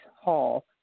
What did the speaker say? Hall